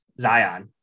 Zion